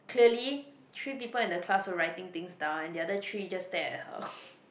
clearly three people in the class were writing things down and the other three just stare at her